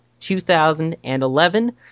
2011